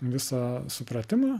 visą supratimą